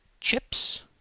chips